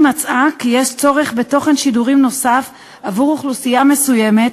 אם מצאה כי יש צורך בתוכן שידורים נוסף עבור אוכלוסייה מסוימת